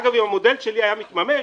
אגב, אם המודל שלי היה מתממש,